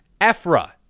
Ephra